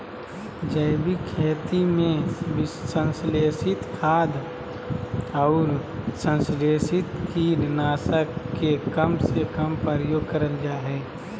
जैविक खेती में संश्लेषित खाद, अउर संस्लेषित कीट नाशक के कम से कम प्रयोग करल जा हई